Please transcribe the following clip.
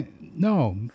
No